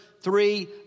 Three